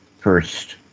first